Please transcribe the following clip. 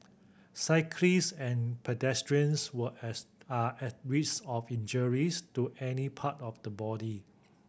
cyclist and pedestrians were as are at risk of injuries to any part of the body